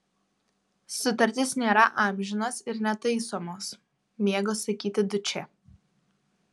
sutartys nėra amžinos ir netaisomos mėgo sakyti dučė